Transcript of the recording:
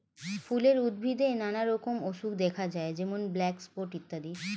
ফুলের উদ্ভিদে নানা রকম অসুখ দেখা যায় যেমন ব্ল্যাক স্পট ইত্যাদি